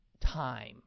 time